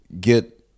get